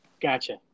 Gotcha